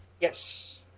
Yes